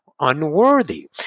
unworthy